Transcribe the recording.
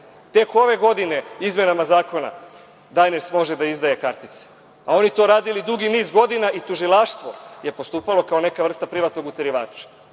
Tek ove godine izmenama zakona „Dajners“ može da izdaje kartice, a oni to radili dugi niz godina i tužilaštvo je postupalo kao neka vrsta privatnog uterivača. Idemo